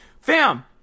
fam